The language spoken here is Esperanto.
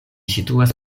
situas